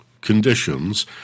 conditions